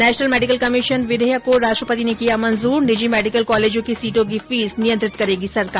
national medical commission विघेयक को राष्ट्रपति ने किया मंजूर निजी मेडिकल कॉलेजों की सीटों की फीस नियंत्रित करेगी सरकार